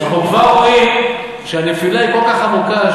אנחנו כבר רואים שהנפילה היא כל כך עמוקה,